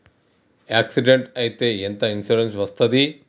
Accident అయితే ఎంత insurance వస్తది?